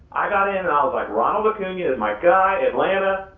i got in and i was like ronald acuna is my guy, atlanta.